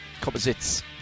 Composites